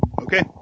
Okay